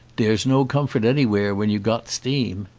dere's no comfort anywhere when you got steam.